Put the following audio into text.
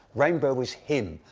rainbow was him.